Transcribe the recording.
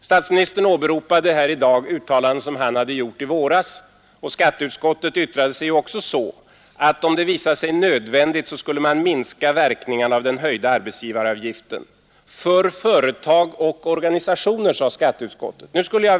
Statsministern åberopade tidigare i dag uttalanden som han hade gjort i våras, och skatteutskottet yttrade sig också så, att om det visade sig nödvändigt skulle man minska verkningarna av den höjda arbetsgivaravgiften — för företag och organisationer.